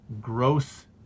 gross